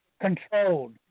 controlled